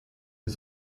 wir